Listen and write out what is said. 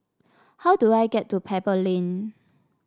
how do I get to Pebble Lane